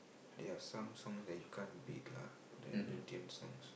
there are some songs that you can't beat lah that idiot songs